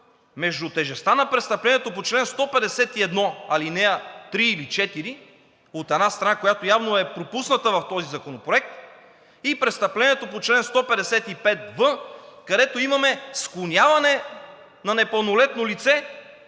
между тежестта на престъплението по чл. 151, ал. 3 или 4, от една страна, която явно е пропусната в този законопроект, и престъплението по чл. 155в, където имаме склоняване на непълнолетно лице